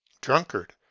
Drunkard